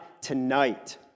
tonight